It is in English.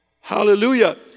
Hallelujah